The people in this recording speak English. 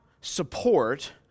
support